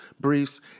briefs